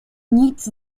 nic